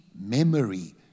memory